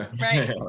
Right